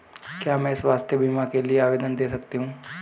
क्या मैं स्वास्थ्य बीमा के लिए आवेदन दे सकती हूँ?